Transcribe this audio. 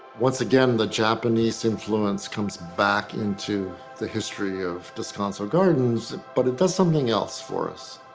once again the japanese influence comes back into the history of descanso gardens, but it does something else for us.